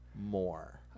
more